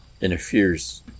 interferes